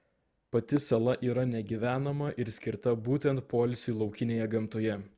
pati sala yra negyvenama ir skirta būtent poilsiui laukinėje gamtoje